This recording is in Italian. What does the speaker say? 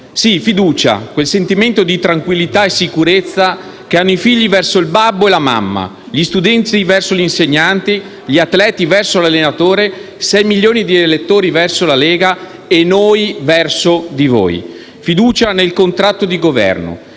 Sì, fiducia, quel sentimento di tranquillità e sicurezza che hanno i figli verso il babbo e la mamma, gli studenti verso l'insegnante, gli atleti verso l'allenatore, 6 milioni di elettori verso la Lega e noi verso di voi; fiducia nel contratto di Governo,